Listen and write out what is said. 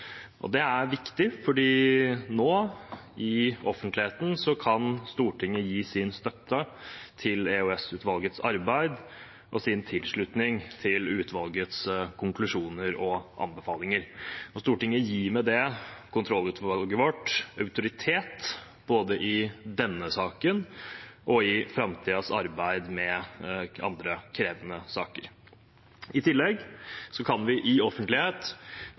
Det er viktig, for nå i offentligheten kan Stortinget gi sin støtte til EOS-utvalgets arbeid og sin tilslutning til utvalgets konklusjoner og anbefalinger. Stortinget gir med det kontrollutvalget vårt autoritet både i denne saken og i framtidens arbeid med andre krevende saker. I tillegg kan vi i offentlighet